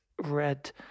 red